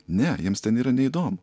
ne jiems ten yra neįdomu